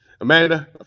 Amanda